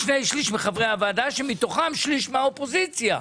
שמתוכם שליש מן האופוזיציה,